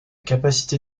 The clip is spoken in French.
capacité